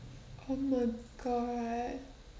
oh my god